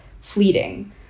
fleeting